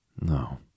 No